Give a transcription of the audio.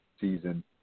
season